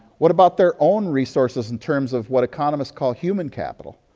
what about their own resources in terms of what economists call human capital?